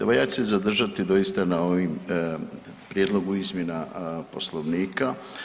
Evo ja ću se zadržati doista na ovim prijedlogu izmjena Poslovnika.